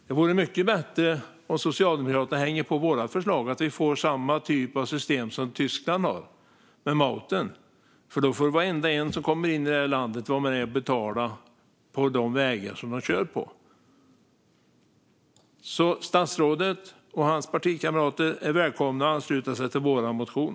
Det vore mycket bättre om Socialdemokraterna hänger på vårt förslag så att det blir samma typ av system som Tyskland har med Mauten. Då får varenda en som kommer in i landet vara med och betala på de vägar de kör på. Statsrådet och hans partikamrater är välkomna att ansluta sig till vår motion.